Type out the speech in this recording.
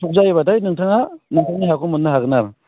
एफ्रुब जायोबाथाय नोंथाङा नोंथांनि हाखौ मोननो हागोन आरो